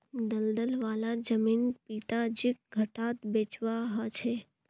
दलदल वाला जमीन पिताजीक घटाट बेचवा ह ले